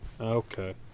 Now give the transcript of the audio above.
Okay